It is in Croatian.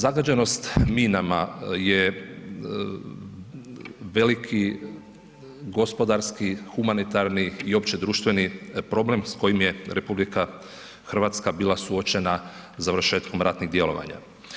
Zagađenost minama je veliki gospodarski, humanitarni i opće društveni problem s kojim je RH bila suočena završetkom ratnih djelovanja.